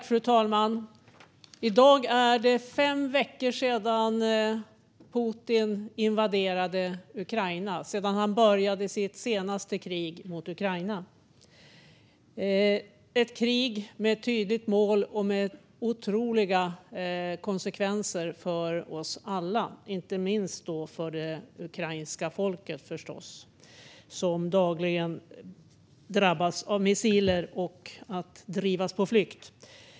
Fru talman! I dag är det fem veckor sedan Putin invaderade och började sitt senaste krig mot Ukraina, ett krig med ett tydligt mål och med otroliga konsekvenser för oss alla - inte minst för det ukrainska folket, förstås, som dagligen drabbas av missiler och av att drivas på flykt.